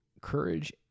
courage